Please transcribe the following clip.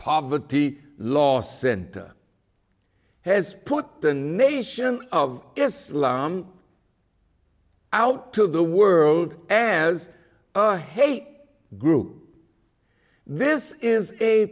poverty law center has put the nation of islam out to the world as a hate group this